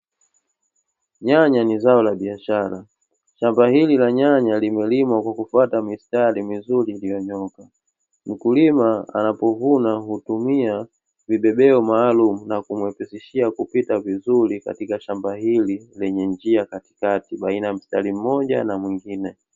Nyanya ni zao la biashara. Shamba hili la nyanya limelimwa kwa kufuata mistari mizuri iliyonyooka. Mkulima anapovuna hutumia vbebeo maalumu na kumuwepeseshia kupita vizuri, katika shamba hili lenye njia katikati baina ya mstari mmoja na mwingine.